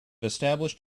established